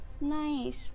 nice